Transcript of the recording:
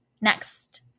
Next